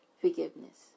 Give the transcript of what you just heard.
forgiveness